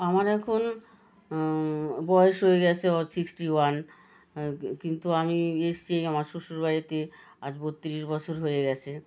আমার এখন বয়স হয়ে গিয়েছে সিক্সটি ওয়ান কিন্তু আমি এসেছি আমার শ্বশুরবাড়িতে আজ বত্রিশ বছর হয়ে গিয়েছে